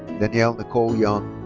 danielle nicole young.